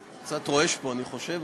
קצת רועש פה, אני חושב.